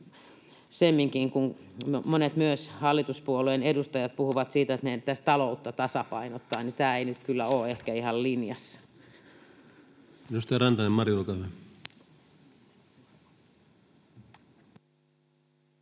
kyse, semminkin, kun monet myös hallituspuolueen edustajat puhuvat siitä, että meidän pitäisi taloutta tasapainottaa, niin tämä ei nyt kyllä ole ihan linjassa.